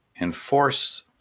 enforce